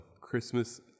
Christmas